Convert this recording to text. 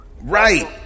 Right